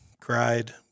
cried